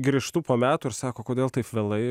grįžtu po metų ir sako kodėl taip vėlai